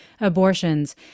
abortions